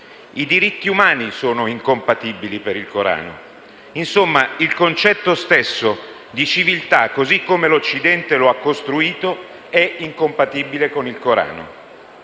i diritti umani sono incompatibili con il Corano. Insomma, il concetto stesso di civiltà, così come l'Occidente lo ha costruito, è incompatibile con il Corano